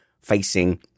facing